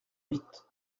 huit